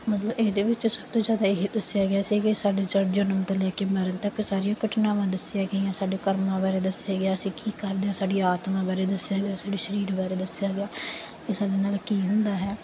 ਮਤਲਬ ਇਹਦੇ ਵਿੱਚ ਸਭ ਤੋਂ ਜ਼ਿਆਦਾ ਇਹ ਦੱਸਿਆ ਗਿਆ ਸੀ ਕਿ ਸਾਡੇ ਚਾਰ ਜਨਮ ਤੋਂ ਲੈ ਕੇ ਮਰਨ ਤੱਕ ਸਾਰੀਆਂ ਘਟਨਾਵਾਂ ਦੱਸੀਆਂ ਗਈਆਂ ਸਾਡੇ ਕਰਮਾਂ ਬਾਰੇ ਦੱਸਿਆ ਗਿਆ ਅਸੀਂ ਕੀ ਕਰਦੇ ਹਾਂ ਸਾਡੀ ਆਤਮਾ ਬਾਰੇ ਦੱਸਿਆ ਗਿਆ ਸਾਡੇ ਸਰੀਰ ਬਾਰੇ ਦੱਸਿਆ ਗਿਆ ਵੀ ਸਾਡੇ ਨਾਲ ਕੀ ਹੁੰਦਾ ਹੈ